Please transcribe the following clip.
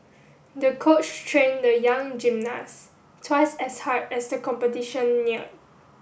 the coach trained the young gymnast twice as hard as the competition neared